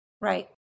Right